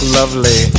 lovely